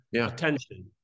attention